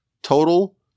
Total